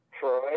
Troy